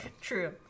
True